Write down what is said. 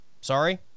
Sorry